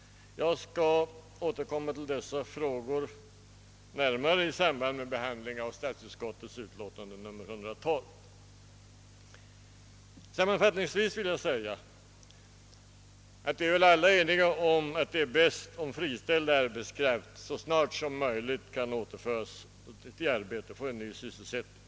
Jag ber att få återkomma till dessa frågor i samband med behandlingen av statsutskottets utlåtande nr 112. Sammanfattningsvis vill jag säga att alla är väl ense om att det är bäst om friställd arbetskraft så snart som möjligt kan återföras i arbete och beredas ny sysselsättning.